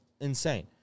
insane